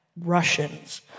Russians